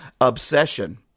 obsession